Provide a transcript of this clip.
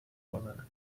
کنن